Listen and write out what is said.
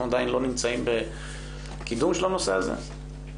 עדיין לא נמצאים בקידום של הנושא הזה.